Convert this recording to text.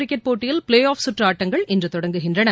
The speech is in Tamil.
கிரிக்கெட் போட்டியில் ஃப்ளே ஆப் கற்று ஆட்டங்கள் இன்று தொடங்குகின்றன